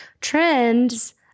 Trends